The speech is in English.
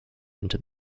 into